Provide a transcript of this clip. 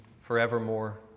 forevermore